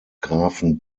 grafen